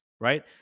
right